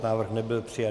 Návrh nebyl přijat.